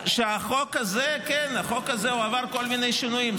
החוק הזה, כן, החוק הזה, עבר כל מיני שינויים.